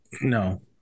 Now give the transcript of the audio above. No